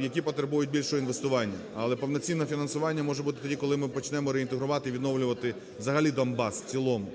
які потребують більше інвестувань. Але повноцінне фінансування може бути тоді, коли ми почнемо реінтегрувати, відновлювати взагалі Донбас в цілому.